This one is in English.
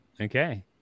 Okay